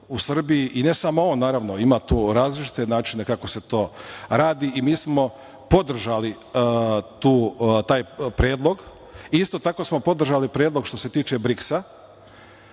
u Srbiji, i ne samo on, ima tu različitih načina kako se to radi. Mi smo podržali taj predlog, a isto tako smo podržali predlog što se tiče BRIKS-a,